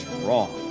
wrong